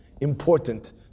important